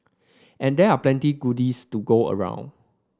and there are plenty goodies to go around